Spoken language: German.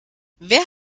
wer